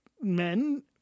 Men